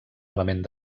element